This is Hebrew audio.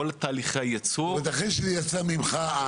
אחרי שהספרון יצא ממך,